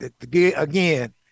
again